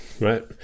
right